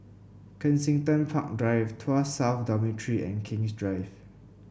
Kensington Park Drive Tuas South Dormitory and King's Drive